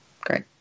Great